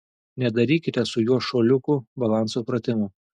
nedarykite su juo šuoliukų balanso pratimų